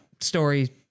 story